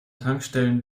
tankstellen